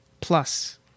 plus